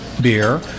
beer